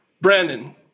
Brandon